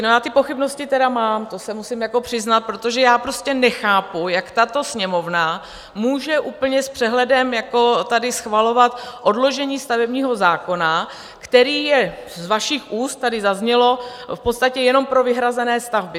Já ty pochybnosti tedy mám, to se musím přiznat, protože prostě nechápu, jak tato Sněmovna může úplně s přehledem tady schvalovat odložení stavebního zákona, který je, z vašich úst tady zaznělo, jenom pro vyhrazené stavby.